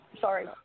Sorry